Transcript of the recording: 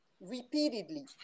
repeatedly